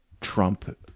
Trump